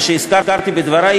ושהזכרתי בדברי,